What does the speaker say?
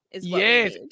Yes